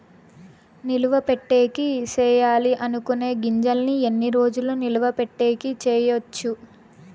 నిలువ పెట్టేకి సేయాలి అనుకునే గింజల్ని ఎన్ని రోజులు నిలువ పెట్టేకి చేయొచ్చు